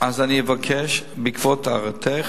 בעקבות הערתך,